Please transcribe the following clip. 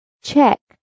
Check